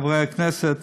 חברי הכנסת,